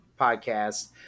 podcast